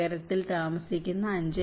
നഗരങ്ങളിൽ താമസിക്കുന്ന 5